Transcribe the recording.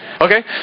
Okay